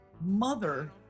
mother